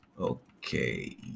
Okay